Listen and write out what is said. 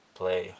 play